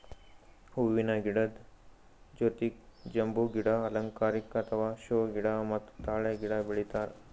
ಹೂವಿನ ಗಿಡದ್ ಜೊತಿಗ್ ಬಂಬೂ ಗಿಡ, ಅಲಂಕಾರಿಕ್ ಅಥವಾ ಷೋ ಗಿಡ ಮತ್ತ್ ತಾಳೆ ಗಿಡ ಬೆಳಿತಾರ್